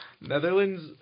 Netherlands